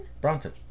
Bronson